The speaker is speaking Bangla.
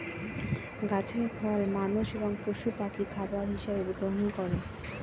গাছের ফল মানুষ এবং পশু পাখি খাবার হিসাবে গ্রহণ করে